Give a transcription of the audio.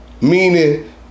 Meaning